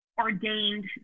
ordained